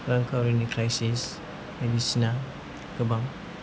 रांखावरिनि क्राइसिस बायदिसिना गोबां